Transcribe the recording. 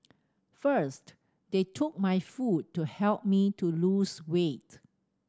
first they took my food to help me to lose weight